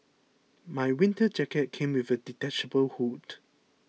my winter jacket came with a detachable hood